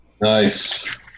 Nice